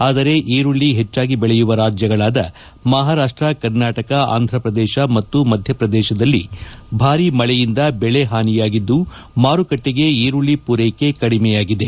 ಆದರೆ ಈರುಳ್ಳಿ ಹೆಚ್ಚಾಗಿ ಬೆಳೆಯುವ ರಾಜ್ಯಗಳಾದ ಮಹಾರಾಷ್ಟ ಕರ್ನಾಟಕ ಆಂಧ್ರಪ್ರದೇಶ ಮದ್ಯಪ್ರದೇಶದಲ್ಲಿ ಭಾರಿ ಮಳೆಯಿಂದ ಬೆಳೆ ಹಾನಿಯಾಗಿದ್ದು ಮಾರುಕಟ್ಟಿಗೆ ಈರುಳ್ಳಿ ಪೂರೈಕೆ ಕಡಿಮೆಯಾಗಿದೆ